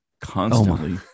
constantly